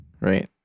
right